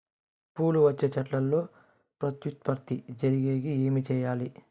పూలు వచ్చే చెట్లల్లో ప్రత్యుత్పత్తి జరిగేకి ఏమి చేయాలి?